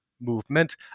movement